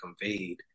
conveyed